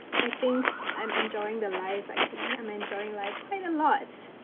i think i'm enjoying the life, actually. yeah i'm enjoying life quite a lot.